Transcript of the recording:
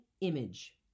image